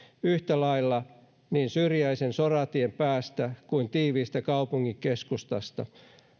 yhtä lailla niin syrjäisen soratien päästä kuin tiiviistä kaupunkikeskustasta